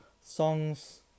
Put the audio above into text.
songs